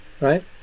right